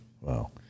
Wow